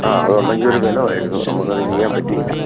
ആ അതുണ്ടെങ്കിൽ ഒരു ബലമായിരുന്നു നമുക്ക് അത് ചെയ്യാൻ പറ്റിയില്ല